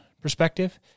perspective